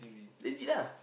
legit ah